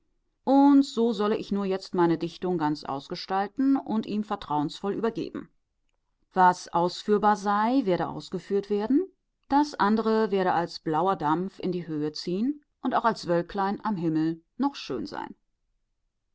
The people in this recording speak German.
und so solle ich nur jetzt meine dichtung ganz ausgestalten und ihm vertrauensvoll übergeben was ausführbar sei werde ausgeführt werden das andere werde als blauer dampf in die höhe ziehen und auch als wölklein am himmel noch schön sein